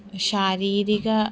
शारीरिकं